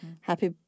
happy